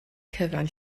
cyfan